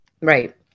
Right